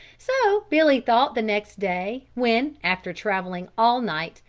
so billy thought the next day, when, after traveling all night,